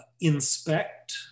inspect